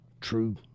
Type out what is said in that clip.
True